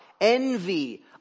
envy